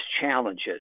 challenges